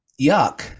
Yuck